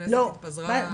הכנסת התפזרה טיפה אחרי.